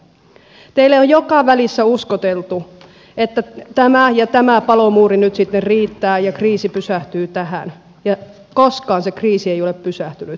teille on joka välissä uskoteltu että tämä ja tämä palomuuri nyt sitten riittää ja kriisi pysähtyy tähän ja koskaan se kriisi ei ole pysähtynyt